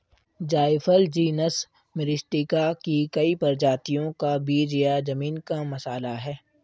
जायफल genus Myristica की कई प्रजातियों का बीज या जमीन का मसाला है